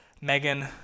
megan